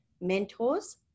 mentors